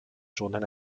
journal